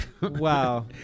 Wow